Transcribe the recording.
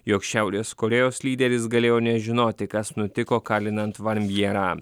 jog šiaurės korėjos lyderis galėjo nežinoti kas nutiko kalinant van bierą